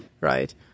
Right